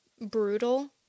brutal